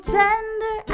tender